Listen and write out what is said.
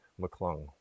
McClung